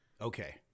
Okay